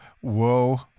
whoa